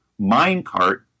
minecart